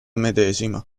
medesima